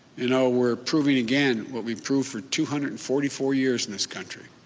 you know, we're proving again what we've proved for two hundred and forty four years in this country.